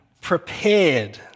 prepared